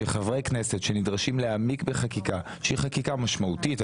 שחברי כנסת שנדרשים להעמיק בחקיקה שהיא חקיקה משמעותית,